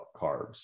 carbs